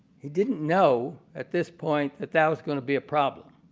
didn't know at this point that that was going to be a problem.